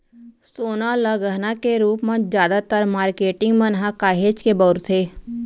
सोना ल गहना के रूप म जादातर मारकेटिंग मन ह काहेच के बउरथे